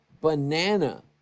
banana